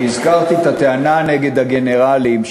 אני הזכרתי את הטענה נגד הגנרלים,